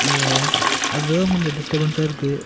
அதுதான் கொஞ்சம் டிஸ்டர்பன்ஸாக இருக்குது